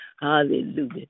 hallelujah